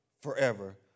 forever